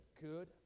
good